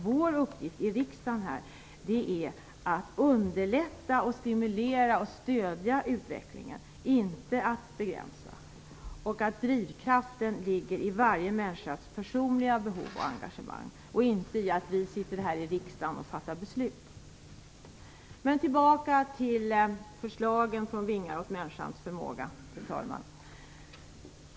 Vår uppgift här i riksdagen är att underlätta, stimulera och stödja utvecklingen, inte att begränsa den. Drivkraften ligger i varje människas personliga behov och engagemang och inte i att vi sitter här i riksdagen och fattar beslut. Men tillbaka till förslagen från Vingar åt människans förmåga, fru talman!